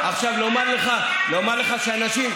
כמה כסף לחינוך?